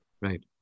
Right